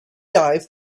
dive